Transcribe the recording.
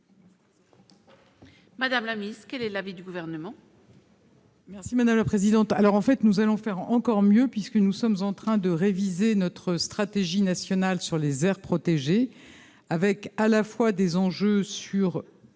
Madame la mise, quel est l'avis du gouvernement.